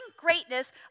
greatness